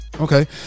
okay